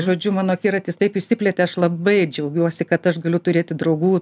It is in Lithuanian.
žodžiu mano akiratis taip išsiplėtė aš labai džiaugiuosi kad aš galiu turėti draugų